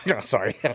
sorry